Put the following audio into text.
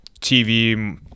TV